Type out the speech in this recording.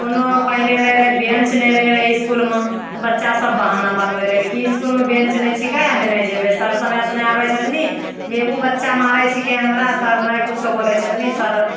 कोनो पहिले रहि रहै बेन्च नहि रहि रहै इसकुलमे तऽ बच्चासभ बहाना बनबै रहै रऽ कि इसकुलमे बेन्च नहि छिकै हमे नहि जेबै सर समयसँ नहि आबै छथिन हे ओ बच्चा मारै छिकै हमरा सर नहि किछु बोलै छथिन सर